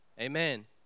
Amen